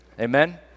Amen